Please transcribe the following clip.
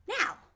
now